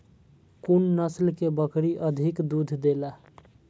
कुन नस्ल के बकरी अधिक दूध देला?